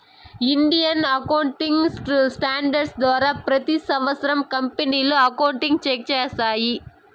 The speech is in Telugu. ఇండియన్ అకౌంటింగ్ స్టాండర్డ్స్ ద్వారా ప్రతి సంవత్సరం కంపెనీలు అకౌంట్ చెకింగ్ చేస్తాయి